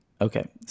Okay